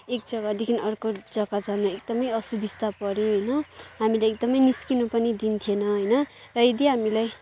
एक जग्गादेखि अर्को जग्गा जान एकदमै असुबिस्ता पऱ्यो होइन हामीलाई एकदमै निस्किन पनि दिन्थेन होइन र यदि हामीलाई